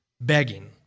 Begging